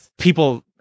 people